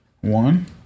One